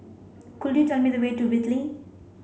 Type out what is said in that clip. could you tell me the way to Whitley